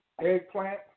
eggplant